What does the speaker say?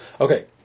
Okay